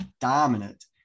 dominant